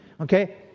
okay